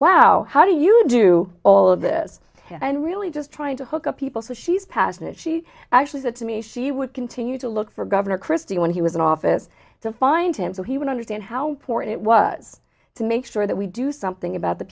wow how do you do all of this and really just trying to hook up people so she's passionate she actually said to me she would continue to look for governor christie when he was in office to find him so he would understand how important it was to make sure that we do something about the